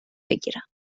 بگیرم